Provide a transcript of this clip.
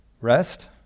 rest